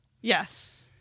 yes